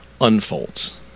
unfolds